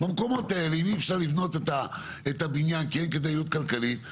במקומות האלה אם אי אפשר לבנות את הבניין כי אין כדאיות כלכלית,